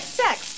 sex